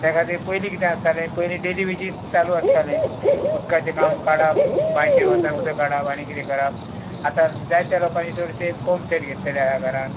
त्या खातीर पयलीं कितें आसतालें पयलीं डेली बेजीस चालू आसतालें उदकाचें काम काडप बांयचेर वचान उदक काडप आनी कितें करप आतां जाय त्या लोकांनी चडशें पंप सेट घेतलेलेे आसा घरान